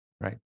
Right